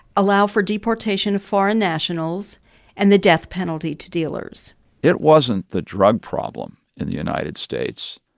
allow for deportation of foreign nationals and the death penalty to dealers it wasn't the drug problem in the united states.